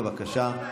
בבקשה.